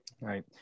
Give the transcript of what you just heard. Right